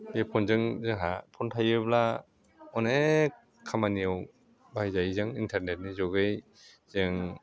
बे फ'नजों जोंहा फ'न थायोब्ला अनेक खामानियाव बाहायजायो जों इन्टारनेटनि जगै जों